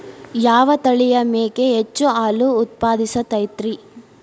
ಯಾವ ತಳಿಯ ಮೇಕೆ ಹೆಚ್ಚು ಹಾಲು ಉತ್ಪಾದಿಸತೈತ್ರಿ?